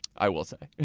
i will say.